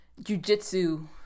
jujitsu